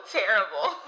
terrible